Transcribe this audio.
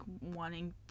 wanting